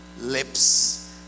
lips